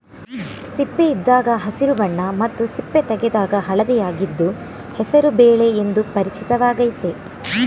ಸಿಪ್ಪೆಯಿದ್ದಾಗ ಹಸಿರು ಬಣ್ಣ ಮತ್ತು ಸಿಪ್ಪೆ ತೆಗೆದಾಗ ಹಳದಿಯಾಗಿದ್ದು ಹೆಸರು ಬೇಳೆ ಎಂದು ಪರಿಚಿತವಾಗಯ್ತೆ